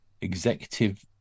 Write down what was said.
executive